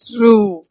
True